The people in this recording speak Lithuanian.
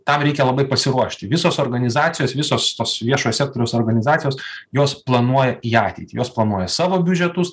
tam reikia labai pasiruošti visos organizacijos visos tos viešojo sektoriaus organizacijos jos planuoja į ateitį jos planuoja savo biudžetus